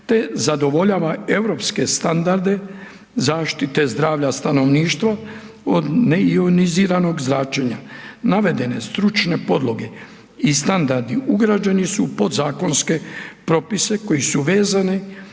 te zadovoljava europske standarde zaštite zdravlja stanovništva od neioniziranog zračenja. Navedene stručne podloge i standardi ugrađeni su u podzakonske propise koji su vezani